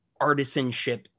artisanship